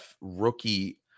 rookie